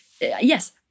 yes